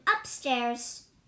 upstairs